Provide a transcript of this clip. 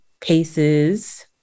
cases